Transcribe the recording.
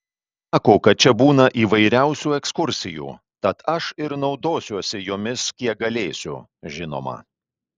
sako kad čia būna įvairiausių ekskursijų tad aš ir naudosiuosi jomis kiek galėsiu žinoma